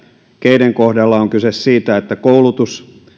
keiden kohdalla on kyse siitä että koulutus